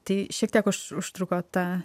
tai šiek tiek užtruko ta